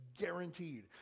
Guaranteed